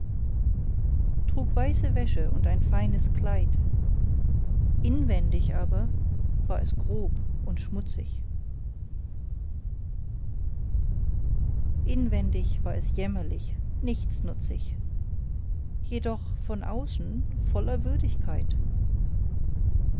trug weiße wäsche und ein feines kleid inwendig aber war es grob und schmutzig inwendig war es jämmerlich nichtsnutzig jedoch von außen voller würdigkeit